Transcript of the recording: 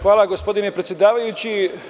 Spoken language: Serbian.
Hvala gospodine predsedavajući.